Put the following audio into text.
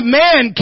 man